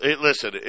listen